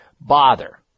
bother